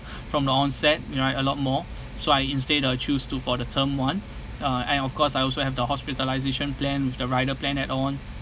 from the onset you know right a lot more so I instead uh choose to for the term one uh and of course I also have the hospitalisation plan with the rider plan add-on